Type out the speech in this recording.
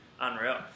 unreal